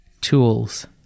tools